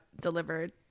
delivered